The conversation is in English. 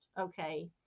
okay